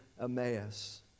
Emmaus